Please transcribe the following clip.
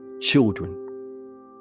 children